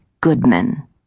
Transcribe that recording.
Goodman